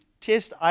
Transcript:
test